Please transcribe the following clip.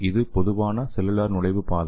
இது பொதுவான செல்லுலார் நுழைவு பாதை